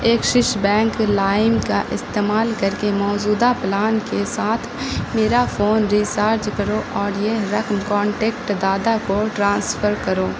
Axis bank Lime کا استعمال کر کے موجودہ پلان کے ساتھ میرا فون ریسارج کرو اور یہ رقم کانٹیکٹ دادا کو ٹرانسفر کرو